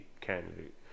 candidate